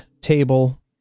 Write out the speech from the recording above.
table